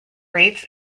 rates